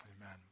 Amen